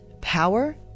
power